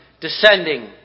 descending